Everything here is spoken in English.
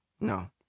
No